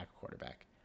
quarterback